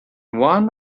one